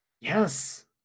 Yes